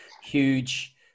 huge